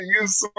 use